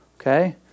Okay